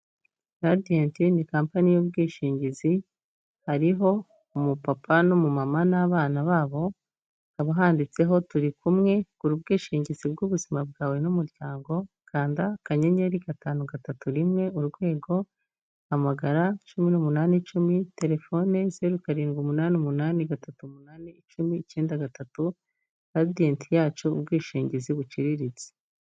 Radiyanti ni kampani y'ubwishingizi. Hariho umupapa, n'umumama n'abana babo. Haba handitseho "Turikumwe" gura ubwishingizi bw'ubuzima bwawe n'umuryango kanda *531# Hamagara 1810. Telefone: 0788 381093. Radiyanti yacu ubwishingizi buciriritse.